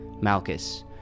Malchus